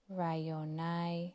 Rayonai